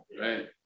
right